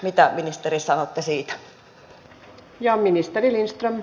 mitä ministeri sanotte siitä